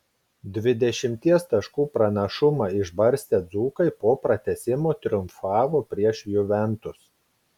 dvidešimties taškų pranašumą išbarstę dzūkai po pratęsimo triumfavo prieš juventus